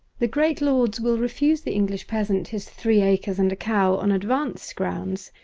the great lords will refuse the english peasant his three acres and a cow on advanced grounds,